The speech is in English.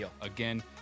Again